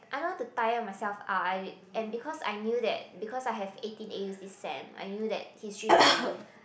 I don't want to tire myself out I and because I knew that because I have eighteen A_Us this sem I knew that history will be